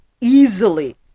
easily